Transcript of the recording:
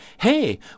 hey